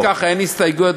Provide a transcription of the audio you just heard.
אם כך, אין הסתייגויות.